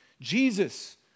Jesus